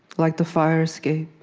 like the fire escape,